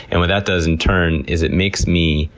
and what that does in turn is it makes me,